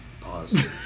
Pause